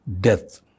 death